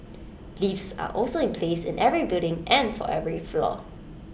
lifts are also in place in every building and for every floor